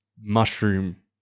mushroom